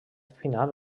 final